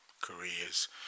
careers